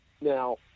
Now